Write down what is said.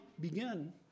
begin